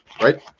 right